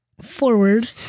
forward